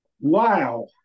wow